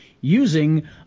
using